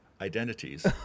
identities